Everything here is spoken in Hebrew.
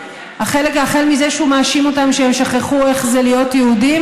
החל בזה שהוא מאשים אותם שהם שכחו איך זה להיות יהודים